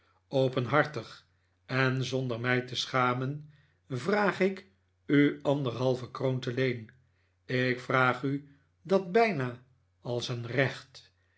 openhartig en zonder mij te schamen vraag ik u anderhalve kroon te leen ik vraag u dat bijna als een recht